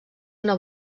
una